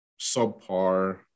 subpar